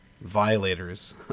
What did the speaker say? violators